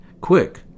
Quick